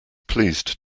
pleased